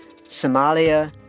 Somalia